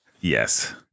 Yes